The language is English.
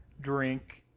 drink